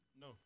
No